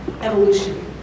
evolution